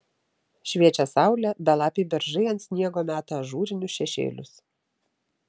šviečia saulė belapiai beržai ant sniego meta ažūrinius šešėlius